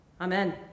Amen